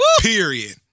Period